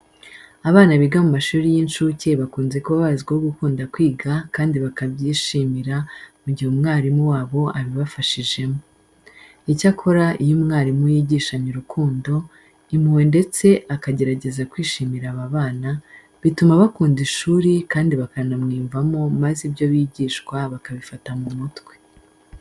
Abana biga mu mashuri y'insuke bakunze kuba bazwiho gukunda kwiga kandi bakabyishimira mu gihe umwarimu wabo abibafashijemo. Icyakora iyo umwarimu yigishanya urukundo, impuhwe ndetse akagerageza kwishimira aba bana, bituma bakunda ishuri kandi bakanamwiyumvamo maze ibyo bigishwa bakabifata mu mutwe.